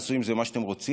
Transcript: תעשו עם זה מה שאתם רוצים,